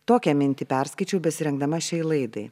tokią mintį perskaičiau besirengdama šiai laidai